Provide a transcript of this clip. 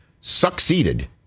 succeeded